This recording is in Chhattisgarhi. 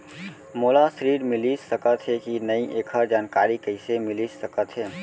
मोला ऋण मिलिस सकत हे कि नई एखर जानकारी कइसे मिलिस सकत हे?